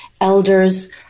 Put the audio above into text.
elders